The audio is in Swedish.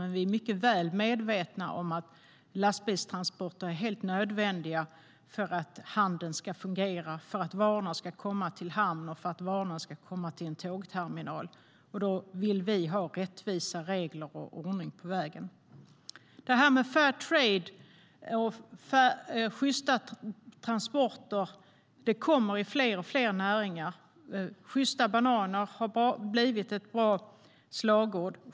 Men vi är mycket väl medvetna om att lastbilstransporter är helt nödvändiga för att handeln ska fungera, för att varorna ska komma till hamn och för att varorna ska komma till en tågterminal. Då vill vi ha rättvisa regler och ordning på vägen. Fair trade och sjysta transporter kommer i allt fler näringar. Sjysta bananer har blivit ett bra slagord.